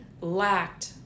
lacked